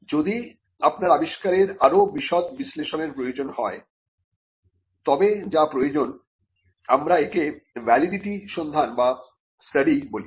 যদি আপনার আবিষ্কারের আরো বিশদ বিশ্লেষণের প্রয়োজন হয় তবে যা প্রয়োজন আমরা একে ভ্যালিডিটি সন্ধান বা স্টাডি বলি